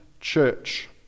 church